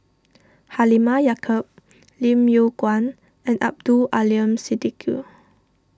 Halimah Yacob Lim Yew Kuan and Abdul Aleem Siddique